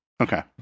Okay